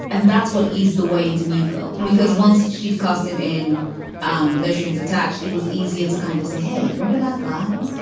and that's what ease the way into new girl. because once she'd cost him in um no strings attached, it was easier to kind of say, hey, remember that guy?